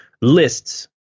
lists